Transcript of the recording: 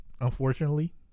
unfortunately